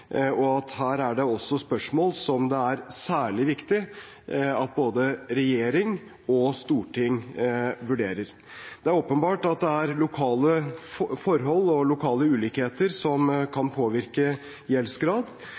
og at her er det spørsmål som det er særlig viktig at både regjering og storting vurderer. Det er åpenbart at det er lokale forhold og lokale ulikheter som kan påvirke gjeldsgrad,